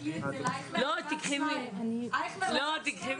תנו להם להציג את